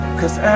cause